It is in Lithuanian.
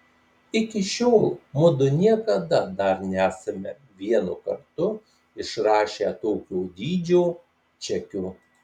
iki šiol mudu niekada dar nesame vienu kartu išrašę tokio dydžio čekio